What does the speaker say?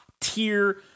tier